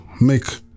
make